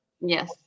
Yes